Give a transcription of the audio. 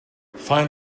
find